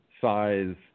size